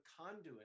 conduit